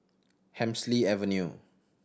Hemsley Avenue